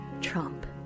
Trump